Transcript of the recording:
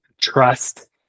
trust